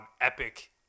epic